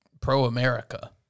pro-America